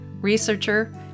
researcher